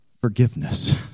forgiveness